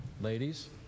ladies